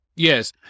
Yes